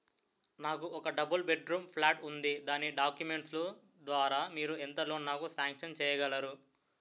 నాకు ఒక double bedroom plot ఉంది దాని డాక్యుమెంట్స్ లు ద్వారా మీరు ఎంత లోన్ నాకు సాంక్షన్ చేయగలరు?